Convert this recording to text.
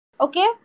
Okay